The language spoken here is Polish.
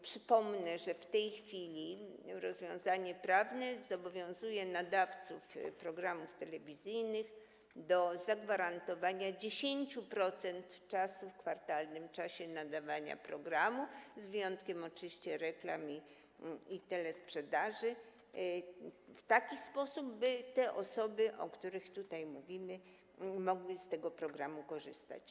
Przypomnę, że w tej chwili rozwiązanie prawne zobowiązuje nadawców programów telewizyjnych do zagwarantowania 10% czasu w kwartalnym czasie nadawania programu, z wyjątkiem oczywiście reklam i telesprzedaży, w taki sposób, by te osoby, o których tutaj mówimy, mogły z tego programu korzystać.